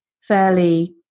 fairly